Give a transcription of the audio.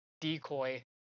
decoy